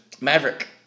Maverick